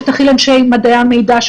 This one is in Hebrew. אנשי מדעי המידע,